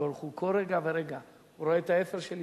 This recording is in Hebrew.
הקדוש-ברוך-הוא כל רגע ורגע רואה את האפר,